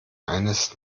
eines